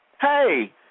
Hey